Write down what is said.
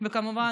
כמובן,